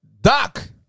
Doc